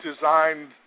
designed